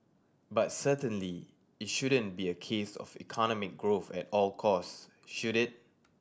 but certainly it shouldn't be a case of economic growth at all costs should it